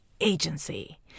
Agency